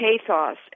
pathos